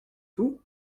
tout